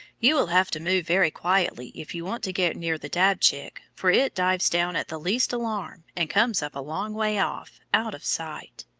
you will have to move very quietly if you want to get near the dabchick, for it dives down at the least alarm and comes up a long way off, out of sight.